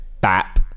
bap